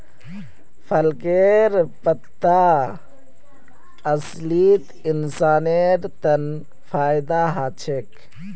पालकेर पत्ता असलित इंसानेर तन फायदा ह छेक